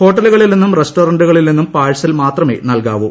ഹോട്ടലുകളിൽ നിന്നും റെസ്റ്റോറന്റുകളിൽ നിന്നും പാഴ്സൽ മാത്രമേ നൽകാവൂ